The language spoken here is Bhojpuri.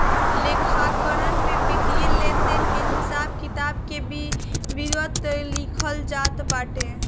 लेखाकरण में वित्तीय लेनदेन के हिसाब किताब के विधिवत लिखल जात बाटे